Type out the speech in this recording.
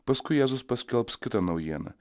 paskui jėzus paskelbs kitą naujieną